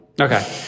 Okay